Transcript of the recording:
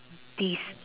des~